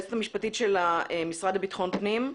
היועצת המשפטית של המשרד לביטחון הפנים.